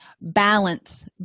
balance